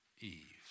Eve